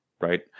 right